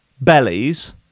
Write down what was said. bellies